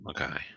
Okay